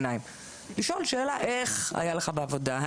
אפשר לשאול את הילד: איך היה לך בעבודה?